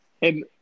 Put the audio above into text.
Hey